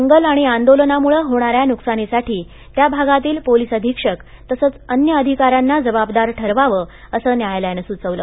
दंगल आणि आंदोलनामुळं होणाऱ्या नुकसानीसाठी त्या भागातील पोलिस अधीक्षक तसंच अन्य अधिकाऱ्यांना जबाबदार ठरवावं असं न्यायालयानं सूचवलं